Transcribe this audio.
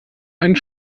einen